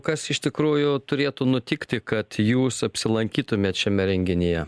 kas iš tikrųjų turėtų nutikti kad jūs apsilankytumėt šiame renginyje